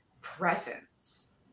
presence